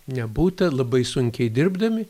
nebūta labai sunkiai dirbdami